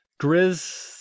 Grizz